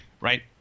right